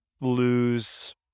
lose